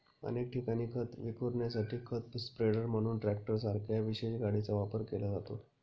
अनेक ठिकाणी खत विखुरण्यासाठी खत स्प्रेडर म्हणून ट्रॅक्टरसारख्या विशेष गाडीचा वापर केला जातो